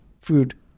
food